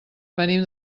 venim